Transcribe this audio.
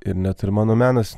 ir net ir mano menas